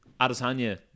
Adesanya